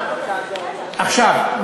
עכשיו,